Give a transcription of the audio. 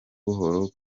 buhoro